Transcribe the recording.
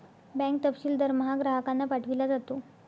bank तपशील दरमहा ग्राहकांना पाठविला जातो